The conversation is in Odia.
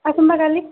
ଆସନ୍ତା କାଲି